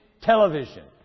television